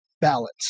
balance